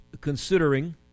considering